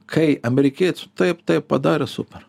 kai amerikiečiai taip taip padarė super